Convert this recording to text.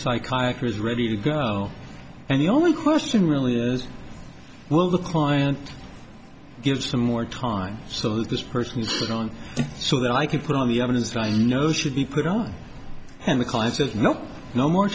psychiatry is ready to go and the only question really is will the client give some more time so that this person is shown so that i can put on the evidence no should be put on and the client says no no more